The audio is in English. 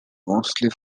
mostly